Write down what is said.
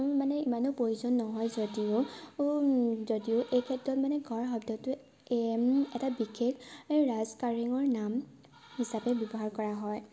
মানে ইমানো প্ৰয়োজন নহয় যদিও ও যদিও এই ক্ষেত্ৰত মানে ঘৰ শব্দটোৱে এম এটা বিশেষ ৰাজ কাৰেঙৰ নাম হিচাপে ব্যৱহাৰ কৰা হয়